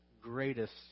greatest